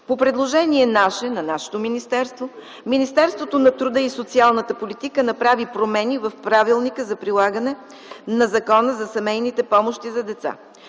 по предложение на нашето министерство Министерството на труда и социалната политика направи промени в Правилника за прилагане на Закона за семейните помощи за деца.